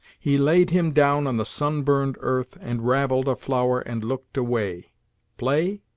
he laid him down on the sun-burned earth and ravelled a flower and looked away play?